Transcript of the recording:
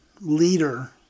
leader